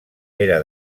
era